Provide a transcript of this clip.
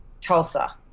Tulsa